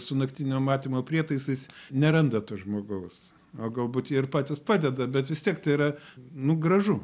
su naktinio matymo prietaisais neranda to žmogaus o galbūt jie ir patys padeda bet vis tiek tai yra nu gražu